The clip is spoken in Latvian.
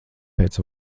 pēc